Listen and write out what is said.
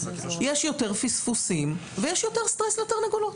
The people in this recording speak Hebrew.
יש יותר פספוסים ויש יותר סטרס לתרנגולות.